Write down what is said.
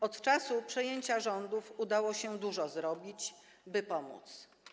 Od czasu przejęcia rządów udało się dużo zrobić, by pomóc.